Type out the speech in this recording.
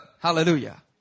Hallelujah